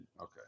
Okay